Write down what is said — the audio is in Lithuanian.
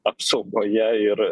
apsaugoje ir